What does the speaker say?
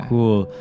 Cool